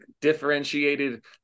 differentiated